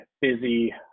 busy